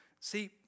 See